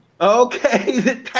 okay